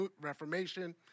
Reformation